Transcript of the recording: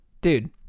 dude